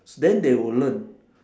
then they will learn